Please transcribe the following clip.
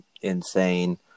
insane